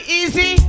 easy